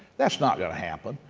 that's not going to happen.